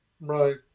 Right